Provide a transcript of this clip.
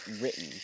written